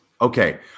Okay